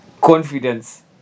confidence